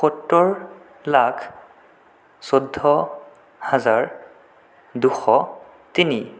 সত্তৰ লাখ চৈধ্য হাজাৰ দুশ তিনি